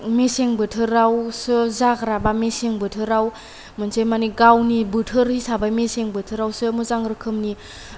मेसें बोथोरावसो जाग्रा बा मेसें बोथोराव मोनसे माने गावनि बोथोर हिसाबै मेसें बोथोरावसो मोजां रोखोमनि